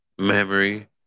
memory